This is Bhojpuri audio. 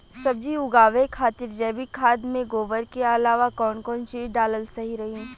सब्जी उगावे खातिर जैविक खाद मे गोबर के अलाव कौन कौन चीज़ डालल सही रही?